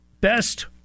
best